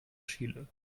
chile